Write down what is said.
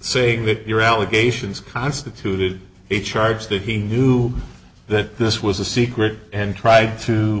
saying that your allegations constituted a charge that he knew that this was a secret and tr